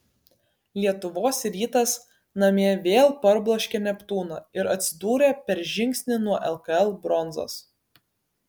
lietuvos rytas namie vėl parbloškė neptūną ir atsidūrė per žingsnį nuo lkl bronzos